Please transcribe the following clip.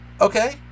Okay